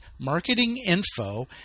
marketinginfo